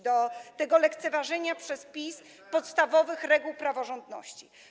do tego lekceważenia przez PiS podstawowych reguł praworządności.